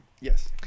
Yes